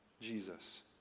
Jesus